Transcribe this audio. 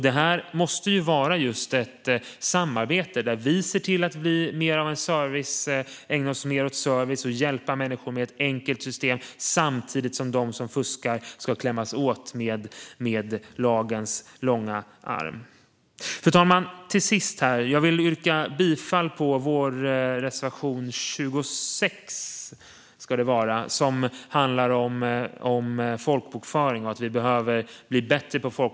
Det här måste vara just ett samarbete där vi ser till att ägna oss mer åt service och att hjälpa människor med ett enkelt system samtidigt som de som fuskar ska klämmas åt med hjälp av lagens långa arm. Fru talman! Till sist vill jag yrka bifall till vår reservation 26 som handlar om folkbokföring och om att vi behöver bli bättre på det.